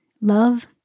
Love